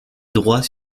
droits